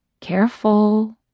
Careful